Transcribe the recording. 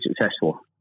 successful